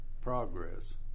progress